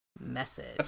message